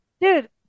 dude